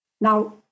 Now